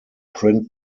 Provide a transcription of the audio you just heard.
print